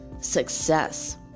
success